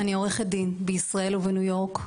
אני עו"ד בישראל ובניו יורק,